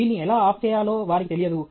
దీన్ని ఎలా ఆపు చేయాలో వారికి తెలియదు